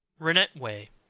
rennet whey.